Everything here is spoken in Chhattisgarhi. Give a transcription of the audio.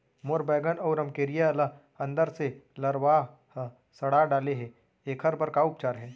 मोर बैगन अऊ रमकेरिया ल अंदर से लरवा ह सड़ा डाले हे, एखर बर का उपचार हे?